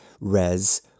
res